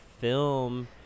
film